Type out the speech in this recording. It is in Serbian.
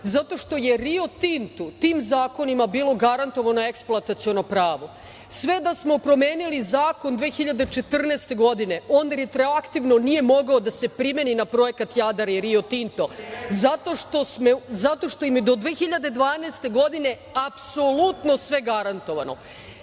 zato što je Rio Tintu tim zakonima bilo garantovano eksploataciono pravo. Sve da smo promenili zakon 2014. godine, on retroaktivno nije mogao da se primeni na projekat Jadar i Rio Tinto zato što im je do 2012. godine apsolutno svega garantovano. Mi